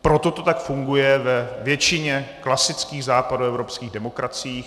Proto to tak funguje ve většině klasických západoevropských demokracií.